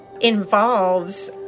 involves